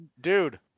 Dude